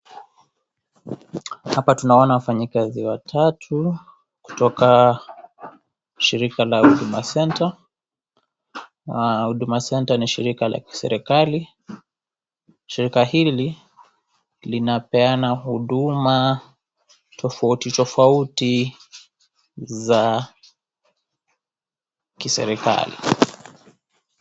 Hapa tunawaona wafanyikazi watatu kutoka shirika la Huduma Centre. Huduma Centre ni shirika la kiserekali shirika hili linapeana huduma tofauti tofauti za kiserekali.